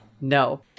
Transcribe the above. No